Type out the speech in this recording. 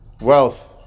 wealth